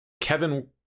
Kevin